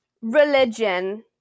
religion